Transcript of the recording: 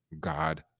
God